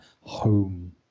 home